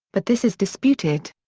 but this is disputed.